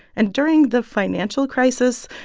and during the financial crisis,